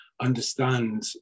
understand